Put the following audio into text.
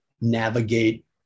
navigate